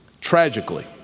Tragically